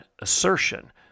assertion